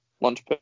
lunch